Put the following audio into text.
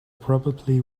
probably